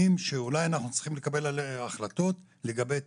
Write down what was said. שאולי אנחנו צריכים לקבל החלטות לגבי תקנות,